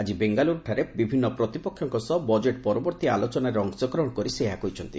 ଆଜି ବେଙ୍ଗାଲ୍ରରଠାରେ ବିଭିନ୍ନ ପ୍ରତିପକ୍ଷଙ୍କ ସହ ବଜେଟ୍ ପରବର୍ତ୍ତୀ ଆଲୋଚନାରେ ଅଂଶଗ୍ରହଣ କରି ସେ ଏହା କହିଛନ୍ତି